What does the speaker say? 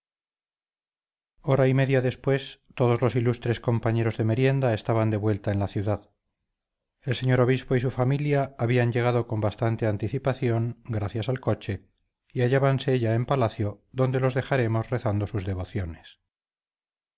hora y media después todos los ilustres compañeros de merienda estaban de vuelta en la ciudad el señor obispo y su familia habían llegado con bastante anticipación gracias al coche y hallábanse ya en palacio donde los dejaremos rezando sus devociones